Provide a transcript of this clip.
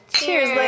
Cheers